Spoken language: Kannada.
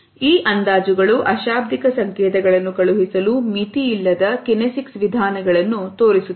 ಈ ಅಂದಾಜುಗಳು ಅಶಾಬ್ದಿಕ ಸಂಕೇತಗಳನ್ನು ಕಳುಹಿಸಲು ಮಿತಿಯಿಲ್ಲದ ಕಿನೆಸಿಕ್ಸ್ ವಿಧಾನಗಳನ್ನು ತೋರಿಸುತ್ತವೆ